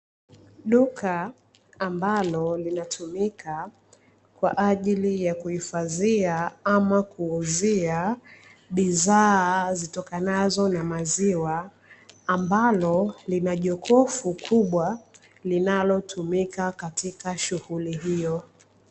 Duka ambalo linatumika kwa ajili ya kuhifadhia ama kuuzia bidhaa zitokazo na maziwa ambalo lina jokofu kubwa linalotumika katika shughuli hiyo.